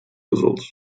results